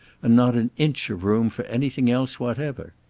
and not an inch of room for anything else whatever.